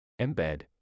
Embed